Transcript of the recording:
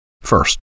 First